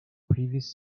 previous